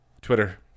Twitter